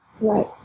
Right